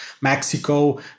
Mexico